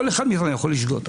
כל אחד מאיתנו יכול לשגות.